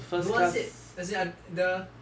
no one said as in I the